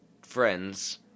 friends